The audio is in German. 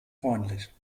bräunlich